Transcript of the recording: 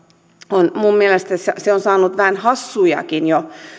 on minun mielestäni saanut jo vähän hassujakin